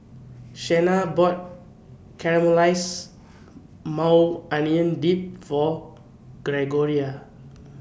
Shenna bought Caramelized Maui Onion Dip For Gregoria